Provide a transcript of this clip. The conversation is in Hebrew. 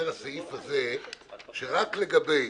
הסעיף הזה אומר שרק לגבי